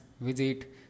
visit